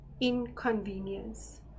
inconvenience